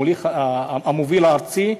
המוביל הארצי,